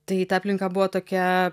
tai ta aplinka buvo tokia